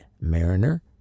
Mariner